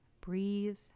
Breathe